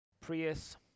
Prius